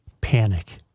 panic